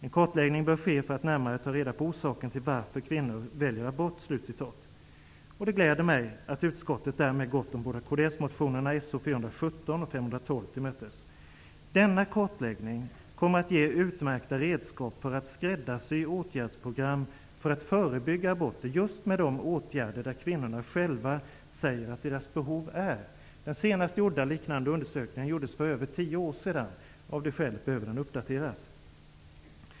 En kartläggning bör ske för att närmare ta reda på orsaken till varför kvinnor väljer abort.'' Det gläder mig att utskottet därmed gått de båda kds-motionerna So417 och 512 till mötes. Denna kartläggning kommer att ge utmärkta redskap för att skräddarsy åtgärdsprogram för att förebygga aborter just med sådana åtgärder som kvinnorna själva säger sig behöva. Den senaste liknande undersökningen gjordes för över tio år sedan. Av det skälet behöver den uppdateras.